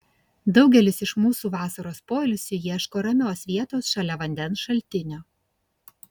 daugelis iš mūsų vasaros poilsiui ieško ramios vietos šalia vandens šaltinio